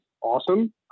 awesome